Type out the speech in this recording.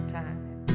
time